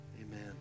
Amen